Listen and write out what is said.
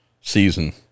season